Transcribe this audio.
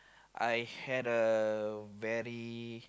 I had a very